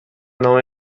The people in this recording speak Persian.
نامه